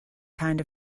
kind